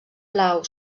blau